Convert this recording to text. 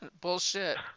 Bullshit